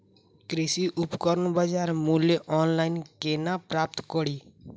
कृषि उपकरण केँ बजार मूल्य ऑनलाइन केना प्राप्त कड़ी?